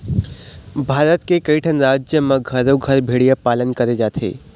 भारत के कइठन राज म घरो घर भेड़िया पालन करे जाथे